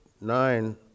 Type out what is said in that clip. nine